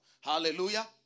Hallelujah